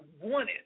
wanted